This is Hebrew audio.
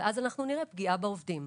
ואז נראה פגיעה בעובדים,